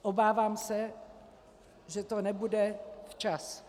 Obávám se, že to nebude včas.